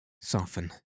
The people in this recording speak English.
soften